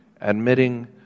admitting